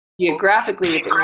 geographically